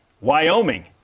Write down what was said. Wyoming